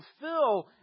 fulfill